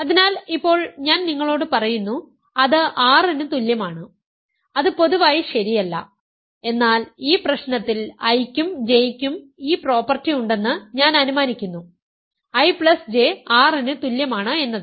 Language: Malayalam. അതിനാൽ ഇപ്പോൾ ഞാൻ നിങ്ങളോട് പറയുന്നു അത് R ന് തുല്യമാണ് അത് പൊതുവായി ശരിയല്ല എന്നാൽ ഈ പ്രശ്നത്തിൽ I യ്ക്കും J യ്ക്കും ഈ പ്രോപ്പർട്ടി ഉണ്ടെന്ന് ഞാൻ അനുമാനിക്കുന്നു IJ R ന് തുല്യമാണ് എന്നത്